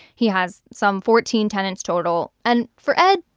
he has some fourteen tenants total. and for ed,